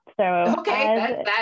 okay